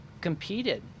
competed